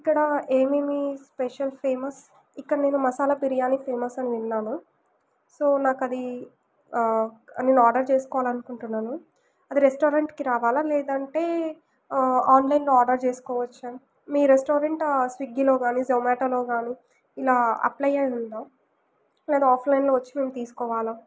ఇక్కడ ఏమి ఏమి స్పెషల్ ఫేమస్ ఇక్కడ నేను మసాలా బిర్యాని ఫేమస్ అని విన్నాను సో నాకు అది నేను ఆర్డర్ చేసుకోవాలనుకుంటున్నాను అది రెస్టారెంట్కి రావాల లేదంటే ఆన్లైన్లో ఆర్డర్ చేసుకోవచ్చా మీ రెస్టారెంట్ స్విగ్గీలో కానీ జొమాటోలో కానీ ఇలా అప్లై ఉందా లేదా అఫ్లైన్లో వచ్చి మేము తీసుకోవాలా